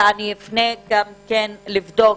ואפנה גם לבדוק